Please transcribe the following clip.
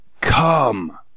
Come